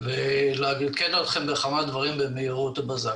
ולעדכן אתכם בכמה דברים, במהירות הבזק.